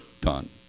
done